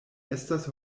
estas